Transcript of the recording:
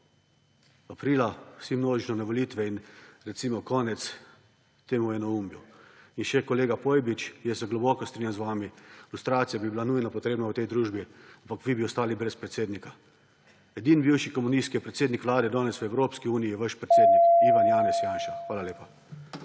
Aprila vsi množično na volitve in recimo konec temu enoumju. In še, kolega Pojbič, jaz se globoko strinjam z vami. Lustracija bi bila nujno potrebna v tej družbi, ampak vi bi ostali brez predsednika. Edini bivši komunist, ki je predsednik Vlade danes v Evropski uniji, je vaš predsednik Ivan Janez Janša. Hvala lepa.